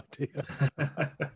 idea